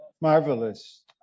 Marvelous